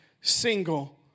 single